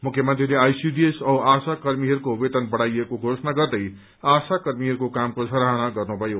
मुख्यमन्त्रीले आईसीडीएस औ आशा कर्मीहरूको वेतन बढ़ाइएको गर्दै आशा कर्मीहरूको कामको सराहना गर्नुभयो